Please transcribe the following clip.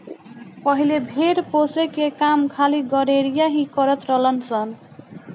पहिले भेड़ पोसे के काम खाली गरेड़िया ही करत रलन सन